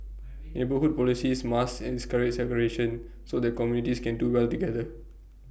neighbourhood policies must segregation so that communities can do well together